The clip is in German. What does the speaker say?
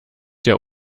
der